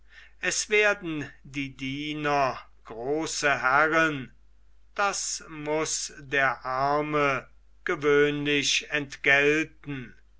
es werden die diener große herren das muß der arme gewöhnlich entgelten